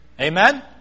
Amen